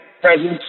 presence